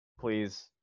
please